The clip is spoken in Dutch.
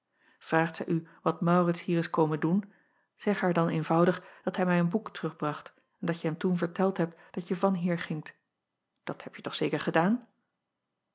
zij u wat aurits hier is komen doen zeg haar dan eenvoudig dat hij mij een boek acob van ennep laasje evenster delen terugbracht en dat je hem toen verteld hebt dat je vanhier gingt dat hebje toch zeker gedaan